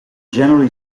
generally